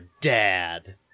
dad